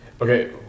Okay